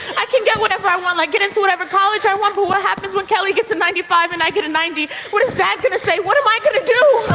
i can get whatever i want like get into whatever college i want but what happens when kelly gets a ninety five and i get a ninety? what is that gonna say? what am i gonna do?